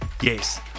yes